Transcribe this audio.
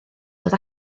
dod